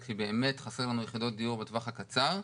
כי באמת חסרות לנו יחידות דיור לטווח הקצר,